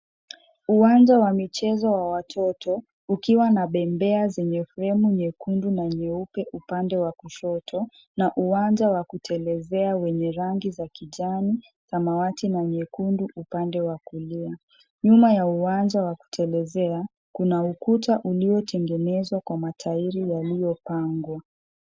Uwanja wa michezo wa watoto, ukiwa na bembea zenye fremu nyekundu na nyeupe upande wa kushoto, na uwanja wa kutelezea wenye rangi za kijani, samawati, na nyekundu upande wa kulia. Nyuma ya uwanja wa kutelezea, kuna ukuta uliotengenezwa kwa matairi yaliyopangwa.